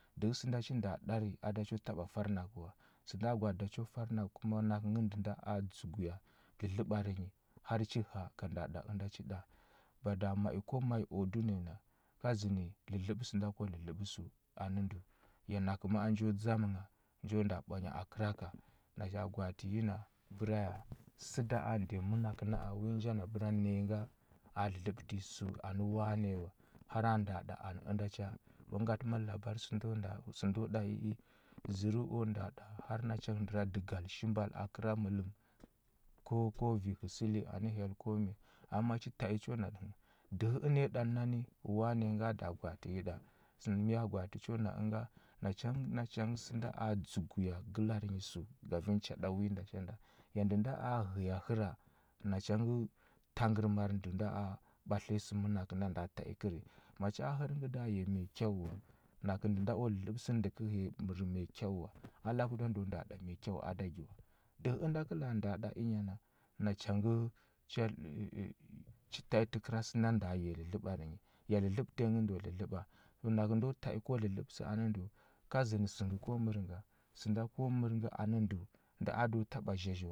Dəhə sənda chi nda ɗari, a da cho nda taɓa far nakə wa. Sənda gwaatə da cho far nakə kuma wa, nakə ngə nda a dzəgwa dlədləbar nyi, har nji həa ga nda ɗa ənda nji ɗa. Bada ma i ko ma i o dunəya, ga zənə dlədləɓə sənda ko dlədləɓə səu anə ndəu, ya nakə ma a nju dzamə ngha nju nda ɓwanya a kəra ka. Naja gwaatə yi na bəra ya, səda a ndiya mənakə na a wi nja na bəra ne nga a dlədləɓətə nyi sə anə wani wa, har a nda ɗa anə ənda cha. U ngatə mən labar sə ndə nda sə ndo ɗa i i. Zərəu u nda ɗa har nacha ngə ndəradəgal shimbal akəra mələm. Ko ko vi həsəli anə hyel ko mi, am ma chi ta i cho natə nghə dəhə əna yi ɗa nani, wani nga nda gwaatə yi ɗa. Sər mi nga gwaatə cho na ənga? Nacha ngə nacha ngə sənda a dzəguya gəlari nyi səu gavin cha ɗa wi nda cha nda. Ya ndə nda a ghəya həra, nacha ngə tangərma də nda a ɓatliya sə mənakəu a nda ta i kəri. Macha a hər ngə da ghəya mai kyau wa, nakə ndə nda u dlədləɓə sə nə ndə kə ghəya mər mai kyau wa, a laku da ndəu u nda ɗa mai kyau a ɗa gi wa. Dəhə ənda kə la a nda ɗa ənya na, nacha ngə cha chi ta i təkəra sənda ndəa ghəya dlədləɓar nyi. Ya dlədləbə tanyi ngə ndo dlədləɓa. Nakə ndo ta i ko dlədləɓə sə anə ndəu, ka zənə sə ngə ko mər nga, sənda ko mər nga anə ndəu nda a do taɓa zhazhə